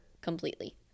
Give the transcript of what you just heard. completely